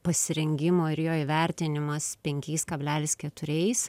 pasirengimo ir jo įvertinimas penkiais kablelis keturiais